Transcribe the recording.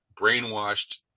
brainwashed